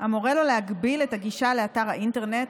המורה לו להגביל את הגישה לאתר האינטרנט,